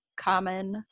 common